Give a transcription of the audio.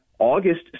august